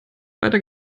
weiter